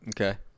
Okay